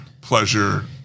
pleasure